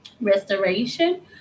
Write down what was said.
restoration